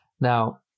Now